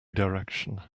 direction